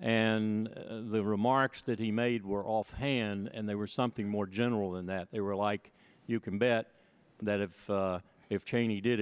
and the remarks that he made were offhand and they were something more general in that they were like you can bet that if if cheney did